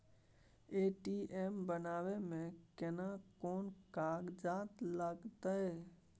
ATM बनाबै मे केना कोन कागजात लागतै?